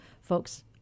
folks